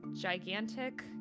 gigantic